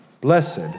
Blessed